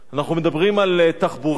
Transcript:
אנחנו מדברים על תחבורה.